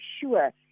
sure